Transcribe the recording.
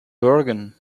bergen